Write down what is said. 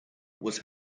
was